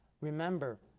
remember